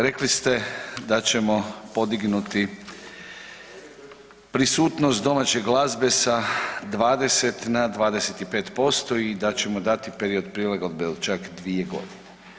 Rekli ste da ćemo podignuti prisutnost domaće glazbe sa 20 na 25% i da ćemo period prilagodbe od čak 2 godine.